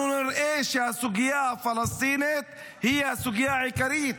אנחנו נראה שהסוגיה הפלסטינית היא הסוגיה העיקרית.